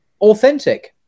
authentic